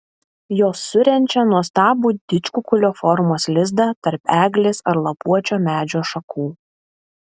jos surenčia nuostabų didžkukulio formos lizdą tarp eglės ar lapuočio medžio šakų